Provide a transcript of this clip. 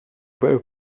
very